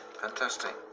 fantastic